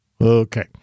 Okay